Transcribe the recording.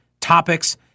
topics